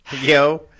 Yo